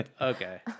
Okay